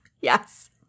yes